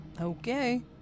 Okay